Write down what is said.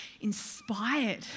inspired